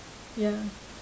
ya